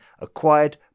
acquired